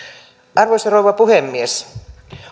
arvoisa rouva puhemies